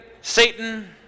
Satan